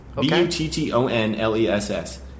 B-U-T-T-O-N-L-E-S-S